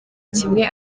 kimwe